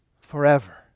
Forever